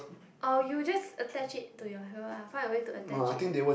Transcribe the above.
or you just attach it to your here ah find a way to attach it